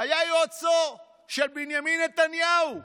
שהיה יועצו של בנימין נתניהו,